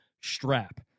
strap